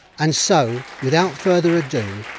and so without further ado,